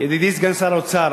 ידידי סגן שר האוצר,